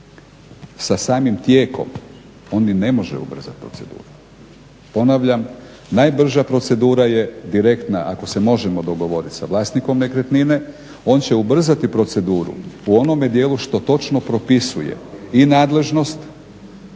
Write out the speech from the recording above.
sa samim tijekom on ni ne može ubrzati proceduru. Ponavljam, najbrža procedura je direktna ako se možemo dogovoriti sa vlasnikom nekretnine, on će ubrzati proceduru u onome dijelu što točno propisuje i nadležnost